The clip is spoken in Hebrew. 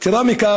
יתרה מזו,